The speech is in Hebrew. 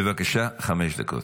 בבקשה, חמש דקות.